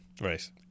Right